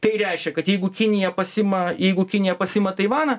tai reiškia kad jeigu kinija pasiima jeigu kinija pasiima taivaną